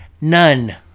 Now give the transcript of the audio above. None